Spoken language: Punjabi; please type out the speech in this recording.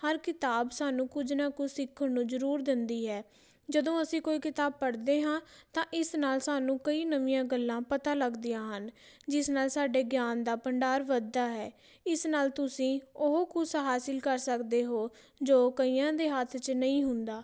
ਹਰ ਕਿਤਾਬ ਸਾਨੂੰ ਕੁਝ ਨਾ ਕੁਝ ਸਿੱਖਣ ਨੂੰ ਜ਼ਰੂਰ ਦਿੰਦੀ ਹੈ ਜਦੋਂ ਅਸੀਂ ਕੋਈ ਕਿਤਾਬ ਪੜ੍ਹਦੇ ਹਾਂ ਤਾਂ ਇਸ ਨਾਲ ਸਾਨੂੰ ਕਈ ਨਵੀਆਂ ਗੱਲਾਂ ਪਤਾ ਲੱਗਦੀਆਂ ਹਨ ਜਿਸ ਨਾਲ ਸਾਡੇ ਗਿਆਨ ਦਾ ਭੰਡਾਰ ਵੱਧਦਾ ਹੈ ਇਸ ਨਾਲ ਤੁਸੀਂ ਉਹ ਕੁਝ ਹਾਸਲ ਕਰ ਸਕਦੇ ਹੋ ਜੋ ਕਈਆਂ ਦੇ ਹੱਥ 'ਚ ਨਹੀਂ ਹੁੰਦਾ